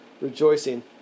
rejoicing